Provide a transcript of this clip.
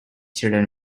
children